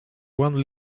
one